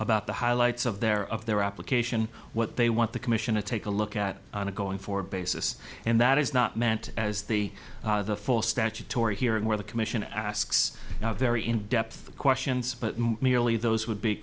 about the highlights of their of their application what they want the commission to take a look at on a going forward basis and that is not meant as the full statutory hearing where the commission asks now very in depth questions but merely those would be